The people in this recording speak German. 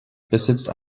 besitzt